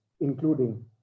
including